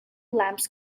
lamps